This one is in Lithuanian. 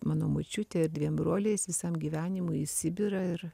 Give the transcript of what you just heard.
mano močiutė ir dviem broliais visam gyvenimui į sibirą ir